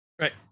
Right